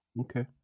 Okay